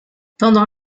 pendant